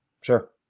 Sure